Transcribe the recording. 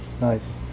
nice